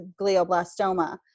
glioblastoma